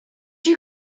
you